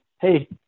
hey